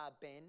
Ben